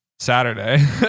saturday